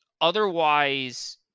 otherwise